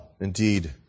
indeed